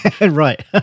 right